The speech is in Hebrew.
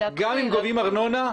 גם אם גובים ארנונה,